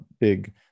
big